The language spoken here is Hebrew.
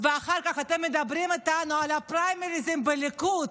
ואחר כך אתם מדברים איתנו על הפריימריז בליכוד,